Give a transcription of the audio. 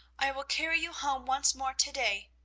i will carry you home once more to-day.